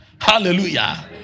Hallelujah